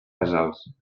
casals